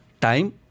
time